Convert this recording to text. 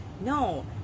no